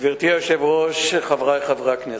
גברתי היושבת-ראש, חברי חברי הכנסת,